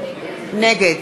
נגד